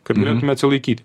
kad galėtume atsilaikyti